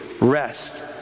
rest